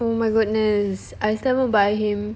oh my goodness I still haven't buy him